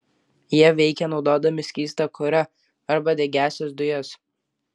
jie veikia naudodami skystą kurą arba degiąsias dujas